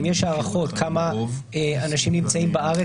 האם יש הערכות כמה אנשים נמצאים בארץ